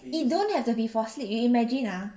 it don't have to be for sleep you imagine ah